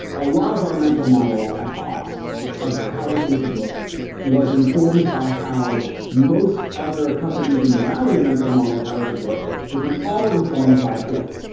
a lot of our mental model box of how this thing should look was informed by how most other companies in the valley's mental model of how it should look, which was all informed by borg.